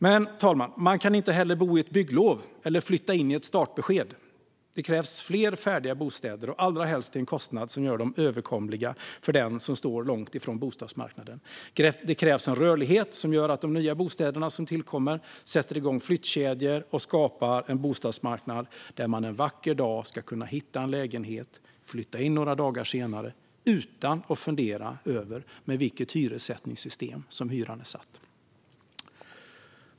Men, herr talman, man kan inte heller bo i ett bygglov eller flytta in i ett startbesked. Det krävs fler färdiga bostäder, och allra helst till en kostnad som gör dem överkomliga för dem som står långt från bostadsmarknaden. Det krävs en rörlighet som gör att de nya bostäder som tillkommer sätter igång flyttkedjor och skapar en bostadsmarknad där man en vacker dag ska kunna hitta en lägenhet och flytta in några dagar senare utan att fundera över med vilket hyressättningssystem som hyran är satt.